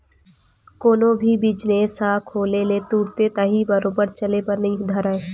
कोनो भी बिजनेस ह खोले ले तुरते ताही बरोबर चले बर नइ धरय